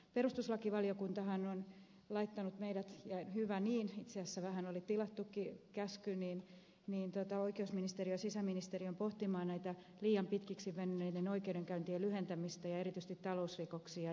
perustuslakivaliokuntahan on laittanut meidät ja hyvä niin itse asiassa vähän oli tilattukin käsky oikeusministeriön ja sisäministeriön pohtimaan liian pitkiksi venyneiden oikeudenkäyntien lyhentämistä ja erityisesti talousrikoksia